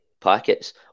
packets